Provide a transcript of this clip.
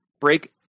break